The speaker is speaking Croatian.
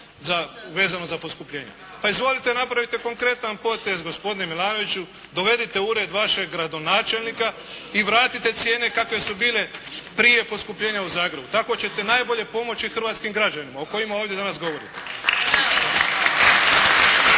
vezano za poskupljenje. Pa izvolite napravite konkretan potez gospodine Milanoviću, dovedite u ured vašeg gradonačelnika i vratite cijene kakve su bile prije poskupljenja u Zagrebu. Tako ćete najbolje pomoći hrvatskim građanima o kojima ovdje danas govorite.